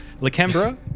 Lakembra